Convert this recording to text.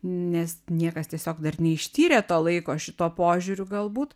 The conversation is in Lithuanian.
nes niekas tiesiog dar neištyrė to laiko šituo požiūriu galbūt